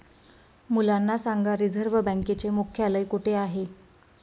मुलांना सांगा रिझर्व्ह बँकेचे मुख्यालय कुठे आहे